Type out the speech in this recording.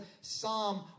psalm